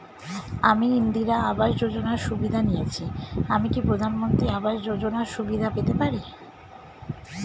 আমি ইন্দিরা আবাস যোজনার সুবিধা নেয়েছি আমি কি প্রধানমন্ত্রী আবাস যোজনা সুবিধা পেতে পারি?